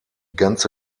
ganze